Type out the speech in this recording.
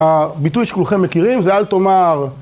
הביטוי שכולכם מכירים זה אל תאמר...